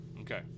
Okay